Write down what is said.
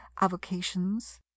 avocations